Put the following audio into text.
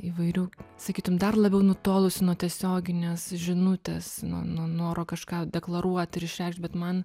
įvairių sakytum dar labiau nutolusių nuo tiesioginės žinutės nuo nuo noro kažką deklaruot ir išreikšt bet man